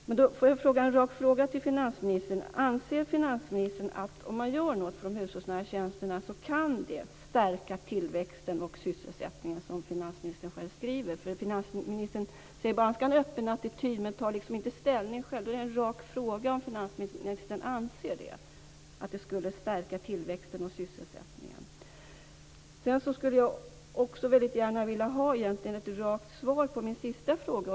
Men får jag då ställa en rak fråga till finansministern: Anser finansministern att om man gör något för de hushållsnära tjänsterna kan det stärka tillväxten och sysselsättningen, som finansministern själv skriver? Finansministern säger bara att han skall ha en öppen attityd, men han tar inte ställning själv. Då är en rak fråga om finansministern anser att det här skulle stärka tillväxten och sysselsättningen. Sedan skulle jag också väldigt gärna vilja ha ett rakt svar på min sista fråga.